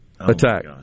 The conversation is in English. attack